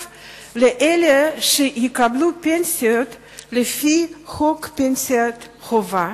לאלה שיקבלו פנסיות לפי חוק פנסיה חובה.